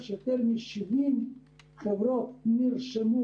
לנו שב-16 באוגוסט, קרי,